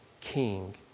king